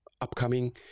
upcoming